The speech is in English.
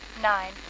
nine